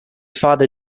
father